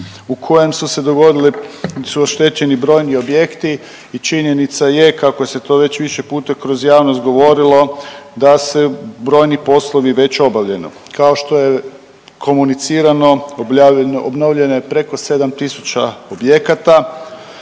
u kojem su se dogodile, su oštećeni brojni objekti. I činjenica je kako se to već više puta kroz javnost govorilo da se brojni poslovi već obavljeno. Kao što je komunicirano, obnovljeno je preko 7 tisuća objekata